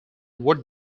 what